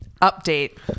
Update